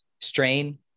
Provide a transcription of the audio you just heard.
strain